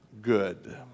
good